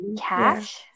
cash